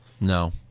No